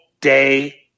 day